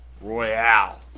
Royale